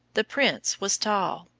the prince was tall.